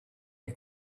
you